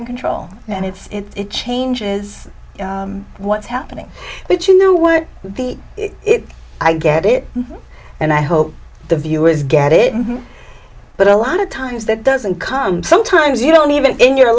in control and it's change is what's happening but you know what the i get it and i hope the viewers get it but a lot of times that doesn't come sometimes you don't even in your